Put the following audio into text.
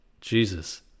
jesus